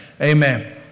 Amen